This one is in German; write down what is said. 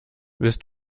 willst